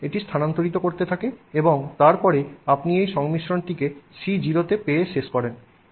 সুতরাং এটি স্থানান্তরিত করতে থাকে এবং তারপরে আপনি এই সংমিশ্রণটিকে C0 তে পেয়ে শেষ করেন